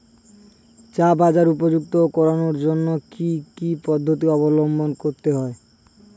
চা বাজার উপযুক্ত করানোর জন্য কি কি পদ্ধতি অবলম্বন করতে হয়?